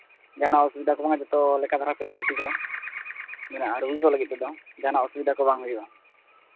ᱡᱟᱦᱟᱱᱟᱜ ᱚᱥᱩᱵᱤᱫᱷᱟ ᱠᱚᱦᱚᱸ ᱡᱚᱛᱚ ᱞᱮᱠᱟ ᱫᱷᱟᱨᱟ ᱯᱷᱮᱥᱤᱞᱤᱴᱤ ᱠᱚ ᱢᱮᱱᱟᱜᱼᱟ ᱨᱳᱜᱤ ᱠᱚ ᱞᱟᱹᱜᱤᱫ ᱛᱮᱫᱚ ᱡᱟᱦᱟᱱᱟᱜ ᱚᱥᱩᱵᱤᱫᱷᱟ ᱠᱚ ᱵᱟᱝ ᱦᱩᱭᱩᱜᱼᱟ